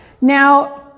Now